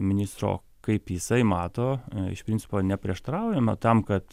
ministro kaip jisai mato iš principo neprieštaraujame tam kad